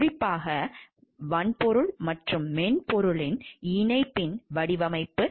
குறிப்பாக வன்பொருள் மற்றும் மென்பொருளின் இணைப்பின் வடிவமைப்பு